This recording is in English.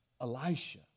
Elisha